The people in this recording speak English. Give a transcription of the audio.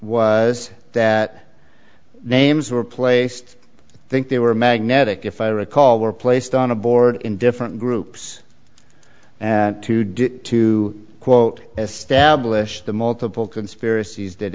was that names were placed think they were magnetic if i recall were placed on a board in different groups to do to quote establish the multiple conspiracies that